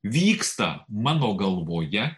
vyksta mano galvoje